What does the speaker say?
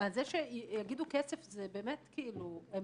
זה שיגידו כסף זה באמת --- אם